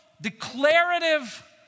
declarative